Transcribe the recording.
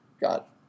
got